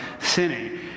sinning